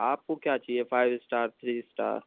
آپ کو کیا چاہیے فائیو اسٹار تھری اسٹار